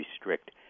restrict